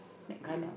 mac marnel